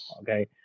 Okay